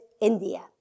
India